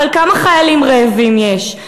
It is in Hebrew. אבל כמה חיילים רעבים יש?